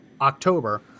october